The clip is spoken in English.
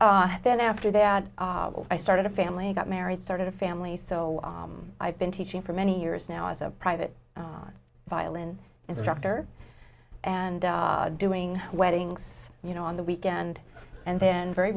and then after that i started a family got married started a family so i've been teaching for many years now as a private violin instructor and doing weddings you know on the weekend and then very